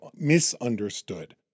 misunderstood